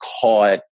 caught